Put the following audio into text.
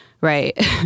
Right